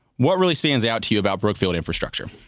what really stands out to you about brooklyn infrastructure?